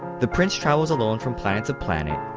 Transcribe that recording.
the prince travels alone from planet to planet,